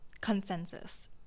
consensus